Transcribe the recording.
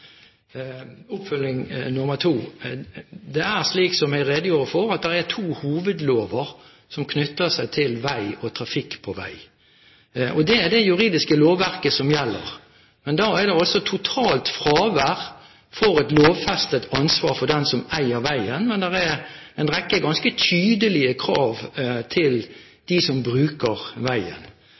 Oppfølging nr. to: Det er, som jeg redegjorde for, to hovedlover som knytter seg til vei og trafikk på vei, og det er det juridiske lovverket som gjelder. Det er altså totalt fravær av et lovfestet ansvar for den som eier veien, men det er en rekke ganske tydelige krav til dem som bruker veien.